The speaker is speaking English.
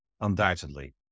undoubtedly